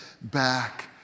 back